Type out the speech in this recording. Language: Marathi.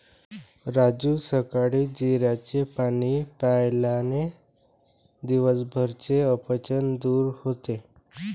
राजू सकाळी जिऱ्याचे पाणी प्यायल्याने दिवसभराचे अपचन दूर होते